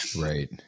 Right